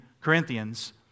Corinthians